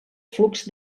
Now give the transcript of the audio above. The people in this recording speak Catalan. flux